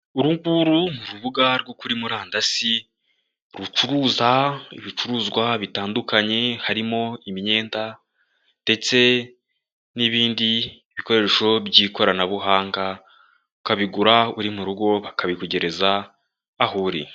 Uru nguru ni urubuga rwo kuri murandasi, rucuruza ibicuruzwa bitandukanye harimo imyenda ndetse n'ibindi bikoresho by'ikoranabuhanga, ukabigura uri mu rugo bakabikugereza aho uri.